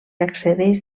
accedeix